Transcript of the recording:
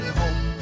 home